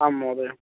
आम् महोदय